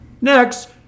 Next